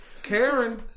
karen